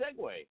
segue